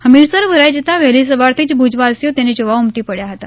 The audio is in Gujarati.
હમીરસર ભરાઈ જતા વહેલી સવારથી જ ભુજવાસીઓ તેને જોવા ઉમટી પડ્યા હતા